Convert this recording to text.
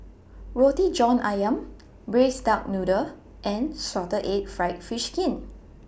Roti John Ayam Braised Duck Noodle and Salted Egg Fried Fish Skin